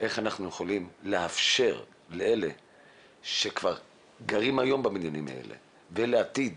איך אנחנו יכולים לאפשר לאלה שכבר גרים היום בבניינים האלה ולעתיד,